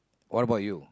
what about you